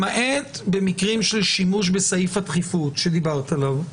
למעט במקרים של שימוש בסעיף הדחיפות שדיברת עליו,